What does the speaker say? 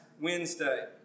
Wednesday